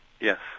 yes